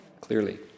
clearly